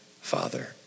father